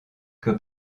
que